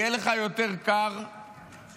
יהיה לך יותר קר בחורף.